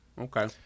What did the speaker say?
Okay